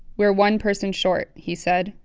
we're one person short, he said.